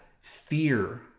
fear